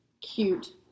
cute